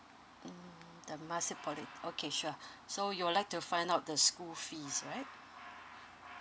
temasek poly okay sure so you would like to find out the school fees right